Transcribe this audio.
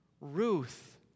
Ruth